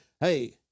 Hey